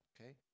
Okay